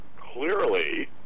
Clearly